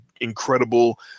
incredible